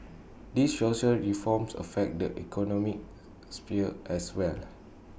these social reforms affect the economic sphere as well